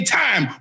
time